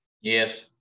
Yes